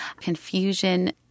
confusion